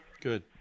good